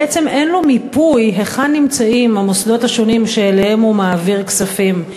בעצם אין לו מיפוי היכן נמצאים המוסדות השונים שאליהם הוא מעביר כספים,